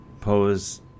pose